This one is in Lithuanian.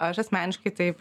aš asmeniškai tai